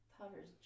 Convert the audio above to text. Powder's